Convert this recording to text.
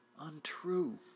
untrue